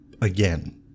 again